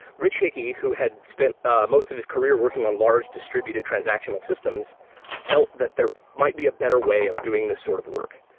rich hickey who has spent ah most of his career working on large distributed transactional systems felt that there might be a better way of doing this sort of work.